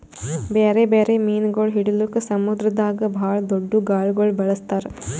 ಬ್ಯಾರೆ ಬ್ಯಾರೆ ಮೀನುಗೊಳ್ ಹಿಡಿಲುಕ್ ಸಮುದ್ರದಾಗ್ ಭಾಳ್ ದೊಡ್ದು ಗಾಳಗೊಳ್ ಬಳಸ್ತಾರ್